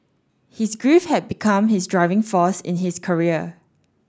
his grief had become his driving force in his career